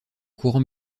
courant